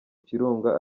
kirunga